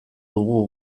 dugu